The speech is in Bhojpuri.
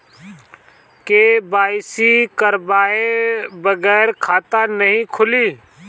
के.वाइ.सी करवाये बगैर खाता नाही खुली?